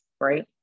right